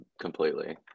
completely